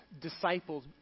disciples